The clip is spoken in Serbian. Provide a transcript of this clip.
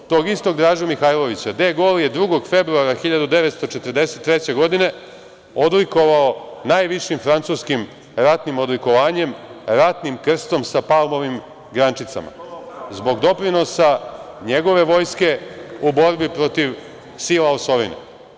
Tog istog Dražu Mihajlovića De Gol je 2. februara 1943. godine odlikovao najvišim francuskim ratnim odlikovanjem, ratnim krstom sa paunovim grančicama zbog doprinosa njegove vojske u borbi protiv sila osovine.